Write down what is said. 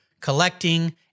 collecting